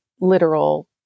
literal